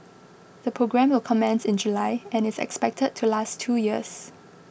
the programme will commence in July and is expected to last two years